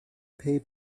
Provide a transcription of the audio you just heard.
pay